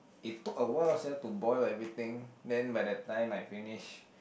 it took a while sia to boil everything then by the time I finish